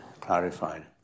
clarified